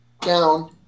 down